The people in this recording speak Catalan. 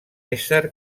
ésser